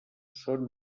són